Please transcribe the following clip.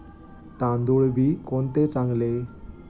तांदूळ बी कोणते चांगले?